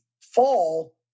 fall